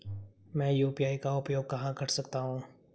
मैं यू.पी.आई का उपयोग कहां कर सकता हूं?